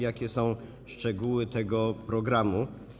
Jakie są szczegóły tego programu?